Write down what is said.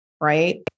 right